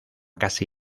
casi